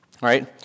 Right